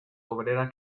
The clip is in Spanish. obrera